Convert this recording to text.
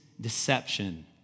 deception